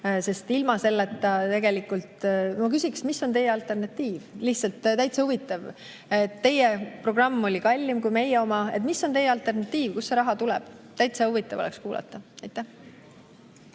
selleta ei saa. Tegelikult ma küsiks, mis on teie alternatiiv – lihtsalt täitsa huvitav. Teie programm oli kallim kui meie oma. Mis on teie alternatiiv, kust see raha tuleb? Täitsa huvitav oleks kuulata. Aitäh!